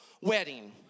wedding